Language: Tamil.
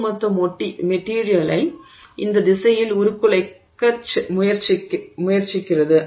ஒட்டுமொத்த மெட்டிரியலை இந்த திசையில் உருக்குலைக்க முயற்சிக்கிறது